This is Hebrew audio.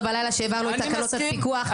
בלילה כאשר העברנו את תקנות הפיקוח,